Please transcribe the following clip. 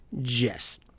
Jess